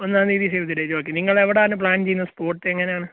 ഒന്നാം തീയതി save the date okay നിങ്ങൾ എവിടെയാണ് പ്ലാൻ ചെയ്യുന്നത് സ്പോട്ട് എങ്ങനെയാണ്